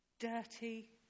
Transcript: Dirty